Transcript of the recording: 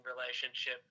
relationship